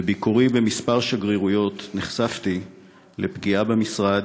בביקורי בכמה שגרירויות נחשפתי לפגיעה במשרד,